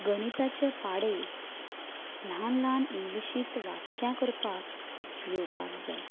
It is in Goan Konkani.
गणिताचे पाडे ल्हान ल्हान इंग्लिशींत वाक्यां करपाक येवपाक जाय